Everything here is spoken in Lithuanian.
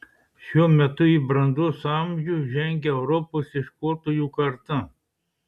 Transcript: šiuo metu į brandos amžių žengia europos ieškotojų karta